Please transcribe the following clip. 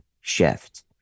shift